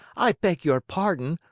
i beg your pardon,